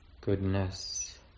goodness